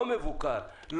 לא מבוקר,